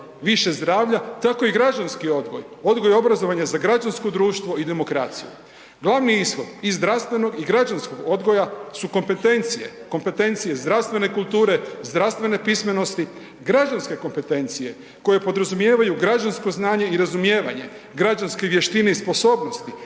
više zdravlja tako i građanski odgoj, odgoj obrazovanja za građansko društvo i demokraciju. Glavni ishod i zdravstvenog i građanskog odgoja su kompetencije, kompetencije zdravstvene kulture, zdravstvene pismenosti, građanske kompetencije koje podrazumijevaju građansko znanje i razumijevanje, građanske vještine i sposobnosti